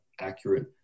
accurate